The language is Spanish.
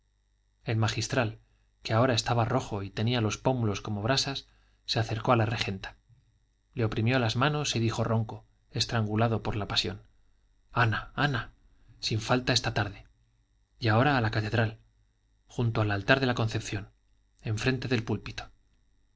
el magistral que ahora estaba rojo y tenía los pómulos como brasas se acercó a la regenta le oprimió las manos y dijo ronco estrangulado por la pasión ana ana sin falta esta tarde y ahora a la catedral junto al altar de la concepción en frente del púlpito